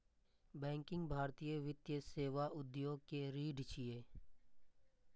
banking भारतीय वित्तीय सेवा उद्योग के रीढ़ छियै